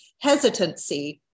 hesitancy